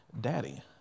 Daddy